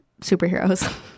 superheroes